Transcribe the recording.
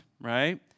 right